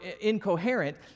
incoherent